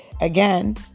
Again